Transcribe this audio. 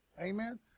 Amen